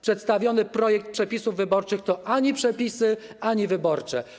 Przedstawiony projekt przepisów wyborczych to ani przepisy, ani wyborcze.